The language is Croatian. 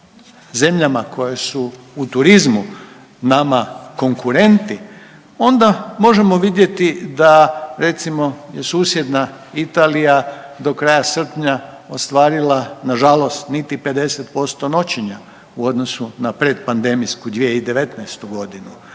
zemljama koje su u turizmu nama konkurenti onda možemo vidjeti da je recimo susjedna Italija do kraja srpnja ostvarila nažalost niti 50% noćenja u odnosu na pretpandemijsku 2019. godinu,